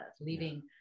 leaving